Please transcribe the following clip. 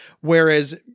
Whereas